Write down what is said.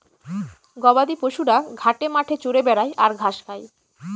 গবাদি পশুরা ঘাটে মাঠে চরে বেড়ায় আর ঘাস খায়